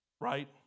right